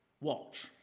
watch